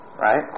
right